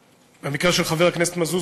במקרה של חבר הכנסת מזוז,